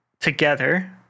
together